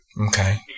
Okay